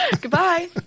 goodbye